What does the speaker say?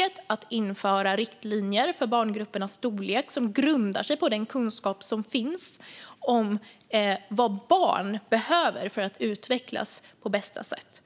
i uppdrag att införa riktlinjer för barngruppernas storlek som grundar sig på den kunskap som finns om vad barn behöver för att utvecklas på bästa sätt.